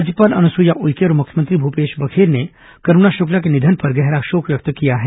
राज्यपाल अनुसुईया उइके और मुख्यमंत्री भूपेश बघेल ने करूणा शुक्ला के निधन पर गहरा शोक व्यक्त किया है